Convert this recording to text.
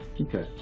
Okay